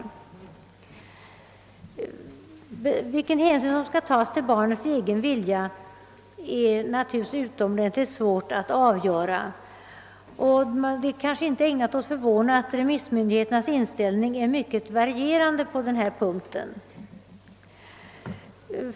Vilken hänsyn som skall tas till barnets egen vilja är det naturligtvis utomordentligt svårt att avgöra, och det är kanske inte ägnat att förvåna att remissmyndigheternas inställning är mycket varierande på denna punkt.